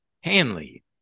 Hanley